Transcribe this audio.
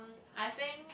I think